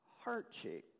Heart-shaped